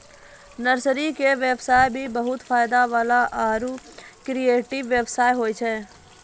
nursery के व्यवसाय भी बहुत फायदा वाला आरो क्रियेटिव व्यवसाय होय छै